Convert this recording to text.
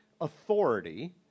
authority